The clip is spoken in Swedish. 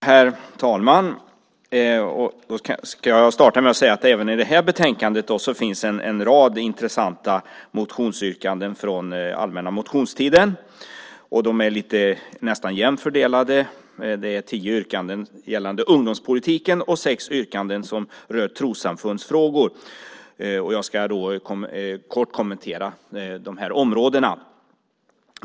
Herr talman! Jag ska börja med att säga att det även i detta betänkande finns en rad intressanta motionsyrkanden från allmänna motionstiden. De är ganska jämnt fördelade. Det är tio yrkanden gällande ungdomspolitiken och sex yrkanden som rör trossamfundsfrågor. Jag ska kortfattat kommentera dessa områden.